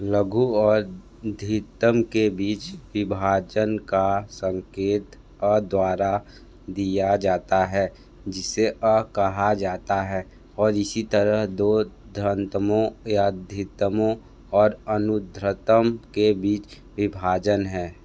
लघु और धीतम के बीच विभाजन का संकेत अ द्वारा दिया जाता है जिसे अ कहा जाता है और इसी तरह दो ध्रंतमों या धीतमों और अनुध्रतम के बीच विभाजन है